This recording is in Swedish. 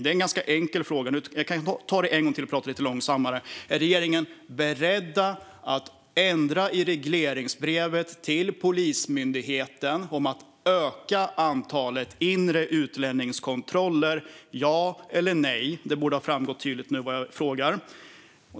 Det är en ganska enkel fråga. Jag kan ta den en gång till och tala lite långsammare: Är regeringen beredd att ändra i regleringsbrevet till Polismyndigheten om att öka antalet inre utlänningskontroller, ja eller nej? Det borde ha framgått tydligt nu vad jag frågar.